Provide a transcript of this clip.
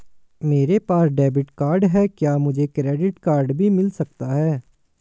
मेरे पास debit card है क्या मुझे क्रेडिट कार्ड भी मिल सकता है?